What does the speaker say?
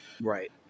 Right